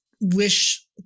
wish